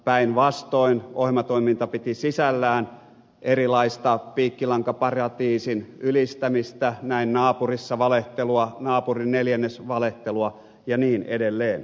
päinvastoin ohjelmatoiminta piti sisällään erilaista piikkilankaparatiisin ylistämistä näin naapurissa valehtelua naapurineljännes valehtelua ja niin edelleen